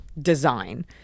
design